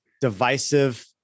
divisive